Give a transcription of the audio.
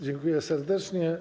Dziękuję serdecznie.